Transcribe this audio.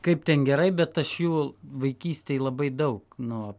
kaip ten gerai bet aš jų vaikystėj labai daug no